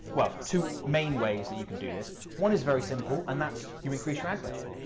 well, two main ways that you can do this. one is very simple, and that's you increase your ad budget.